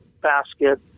basket